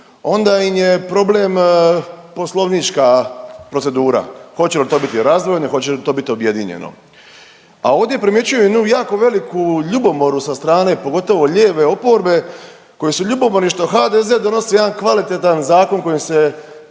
onda im je problem poslovnička procedura, hoće li to biti razdvojeno, hoće li to biti objedinjeno, a ovdje primjećuju jednu jako veliku ljubomoru sa strane pogotovo lijeve oporbe koji su ljubomorni što HDZ donosi jedan kvalitetan zakon kojim se